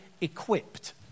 equipped